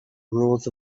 rules